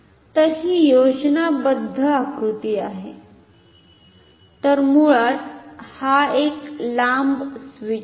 तर ही योजनाबद्ध आकृती आहे तर मुळात हा एक लांब स्विच आहे